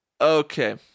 Okay